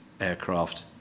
aircraft